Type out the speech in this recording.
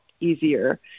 easier